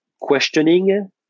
questioning